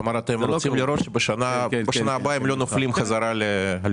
כלומר אתם רוצים לראות בשנה הבאה אם הם לא נופלים בחזרה ל-32,000 שקל.